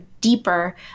deeper